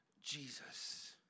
Jesus